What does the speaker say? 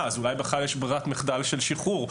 אז אולי בכלל יש ברירת מחדל של שחרור?